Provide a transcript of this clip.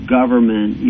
government